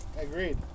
agreed